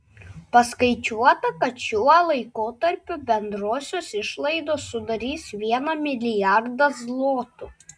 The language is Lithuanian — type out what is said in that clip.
paskaičiuota kad šiuo laikotarpiu bendrosios išlaidos sudarys vieną milijardą zlotų